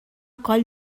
coll